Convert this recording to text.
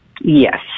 Yes